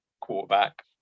quarterback